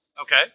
Okay